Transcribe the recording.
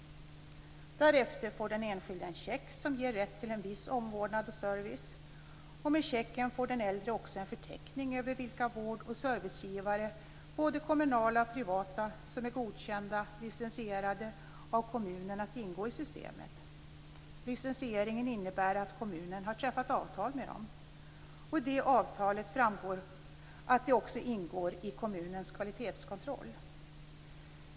Därefter får den enskilde en check som ger rätt till en viss omvårdnad och service. Med checken får den äldre också en förteckning över vilka vård och servicegivare, både kommunala och privata, som är godkända och licensierade av kommunen att ingå i systemet. Licensieringen innebär att kommunen har träffat avtal med dem. I avtalet framgår det att de ingår i kommunens kvalitetskontroll.